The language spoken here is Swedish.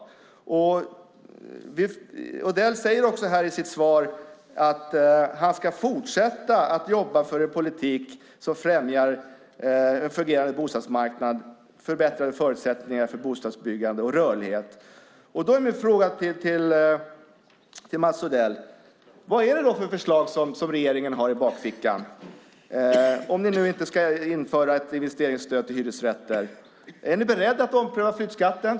Odell säger i sitt svar att han ska fortsätta att jobba för en politik som främjar en fungerande bostadsmarknad samt förbättrar förutsättningarna för bostadsbyggande och rörlighet. Därför vill jag fråga Mats Odell: Vad är det för förslag som regeringen har i bakfickan, om ni nu inte ska införa ett investeringsstöd till hyresrätter? Är ni beredda att ompröva flyttskatten?